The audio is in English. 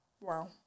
Wow